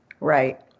Right